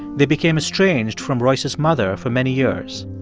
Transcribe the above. they became estranged from royce's mother for many years.